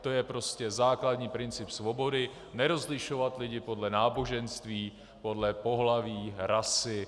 To je prostě základní princip svobody nerozlišovat lidi podle náboženství, podle pohlaví, rasy.